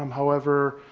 um however,